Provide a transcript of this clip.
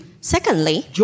Secondly